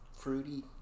fruity